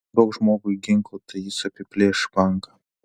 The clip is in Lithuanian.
duok žmogui ginklą tai jis apiplėš banką